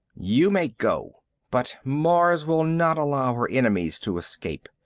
you may go but mars will not allow her enemies to escape.